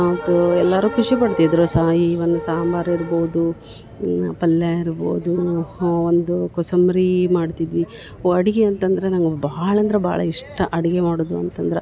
ಅದು ಎಲ್ಲರು ಖುಷಿ ಪಡ್ತಿದ್ದರು ಸ ಈ ಒನ್ ಸಾಂಬಾರು ಇರ್ಬೋದು ಪಲ್ಯ ಇರ್ಬೋದು ಒಂದು ಕೋಸಂಬರಿ ಮಾಡ್ತಿದ್ವಿ ಅಡುಗೆ ಅಂತಂದರೆ ನನ್ಗ ಭಾಳಂದರೆ ಭಾಳ ಇಷ್ಟ ಅಡಿಗೆ ಮಾಡುದು ಅಂತಂದ್ರ